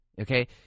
okay